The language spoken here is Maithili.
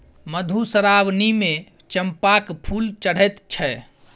मधुश्रावणीमे चंपाक फूल चढ़ैत छै